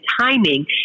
timing